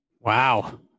Wow